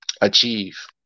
achieve